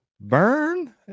Burn